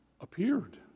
appeared